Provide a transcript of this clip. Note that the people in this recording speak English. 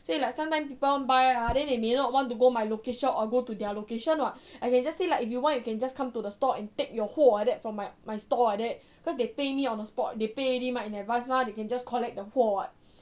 so it's like sometimes people want to buy ah then they may not want to go my location or go to their location [what] I can just say like if you want you can just come to the stall and take your 货 like that from my store like that cause they pay me on the spot they pay already mah in advanced mah they can just collect the 货 [what]